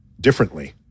differently